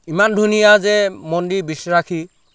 ইমান ধুনীয়া যে মন্দিৰ বিশ্বসী